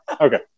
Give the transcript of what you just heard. Okay